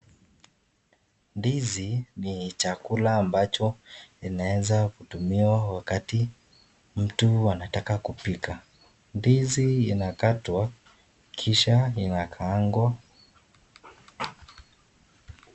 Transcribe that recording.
Ndizi ni chakula ambacho inaweza kutumiwa wakati mtu anataka kupika ndizi inakatwa kisha inakaangwa.